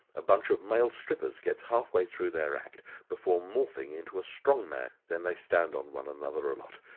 a bunch of male strippers gets halfway through their act before morphing into a strongman. then they stand on one another a lot,